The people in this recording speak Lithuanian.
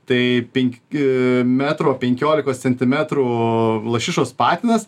tai penk e metro penkiolikos centimetrų u lašišos patinas